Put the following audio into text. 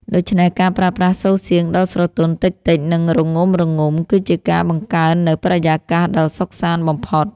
ដូច្នេះការប្រើប្រាស់សូរសៀងដ៏ស្រទន់ តិចៗ និងរងំៗ គឺជាការបង្កើតនូវបរិយាកាសដ៏សុខសាន្តបំផុត